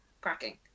cracking